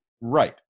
Right